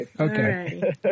Okay